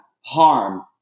harm